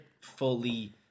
fully